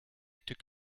took